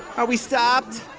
are we stopped?